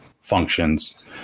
functions